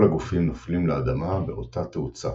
כל הגופים נופלים לאדמה באותה תאוצה.